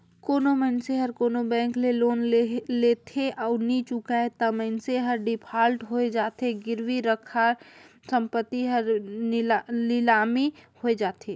कोनो मइनसे हर कोनो बेंक ले लोन लेथे अउ नी चुकाय ता मइनसे हर डिफाल्टर होए जाथे, गिरवी रराखे संपत्ति हर लिलामी होए जाथे